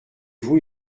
vous